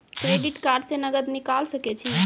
Credit card से नगद निकाल सके छी?